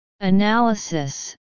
analysis